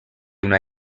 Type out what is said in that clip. una